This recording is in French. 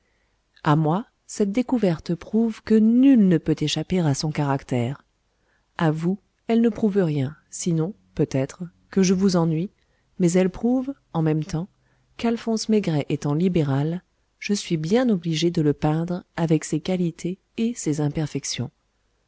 a moi cette découverte prouve que nul ne peut échapper à son caractère à vous elle ne prouve rien sinon peut-être que je vous ennuie mais elle prouve en même temps qu'alphonse maigret étant libéral je suis bien obligé de le peindre avec ses qualités et ses imperfections